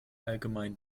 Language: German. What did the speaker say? allgemein